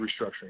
restructuring